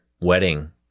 wedding